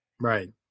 Right